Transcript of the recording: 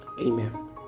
Amen